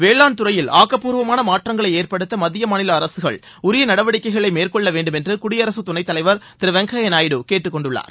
வேளாண்துறையில் ஆக்கப்பூர்வமான மாற்றங்களை ஏற்படுத்த மத்திய மாநில அரசுகள் உரிய நடவடிக்கைகளை மேற்கொள்ளவேண்டும் என்று குடியரகத்துணைத்தலைவர் திரு வெங்கய்யா நாயுடு கேட்டுக்கொண்டுள்ளார்